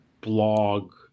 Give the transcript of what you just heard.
blog